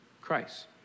Christ